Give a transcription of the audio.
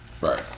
Right